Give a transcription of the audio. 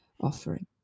offering